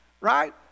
right